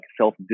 self